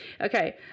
Okay